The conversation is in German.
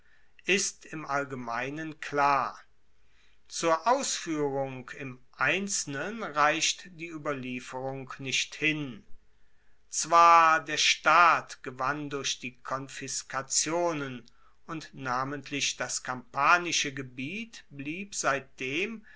ist im allgemeinen klar zur ausfuehrung im einzelnen reicht die ueberlieferung nicht hin zwar der staat gewann durch die konfiskationen und namentlich das kampanische gebiet blieb seitdem